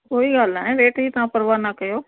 कोई ॻाल्हि न आहे रेट जी तव्हां परवाहु न कयो